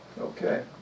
Okay